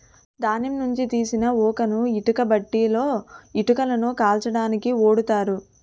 ధాన్యం నుంచి తీసిన ఊకను ఇటుక బట్టీలలో ఇటుకలను కాల్చడానికి ఓడుతారు